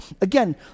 Again